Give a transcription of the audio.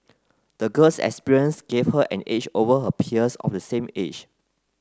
the girl's experience gave her an edge over her peers of the same age